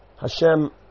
Hashem